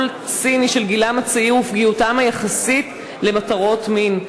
ציני של גילם הצעיר ופגיעותם היחסית למטרות מין.